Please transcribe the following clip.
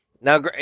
Now